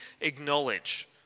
acknowledge